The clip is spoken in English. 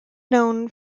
known